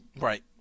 Right